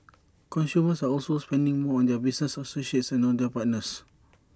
consumers are also spending more on their business associates and on their partners